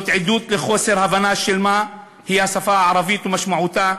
זאת עדות לחוסר הבנה של השפה הערבית ומשמעותה